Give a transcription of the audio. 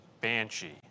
banshee